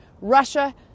Russia